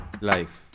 Life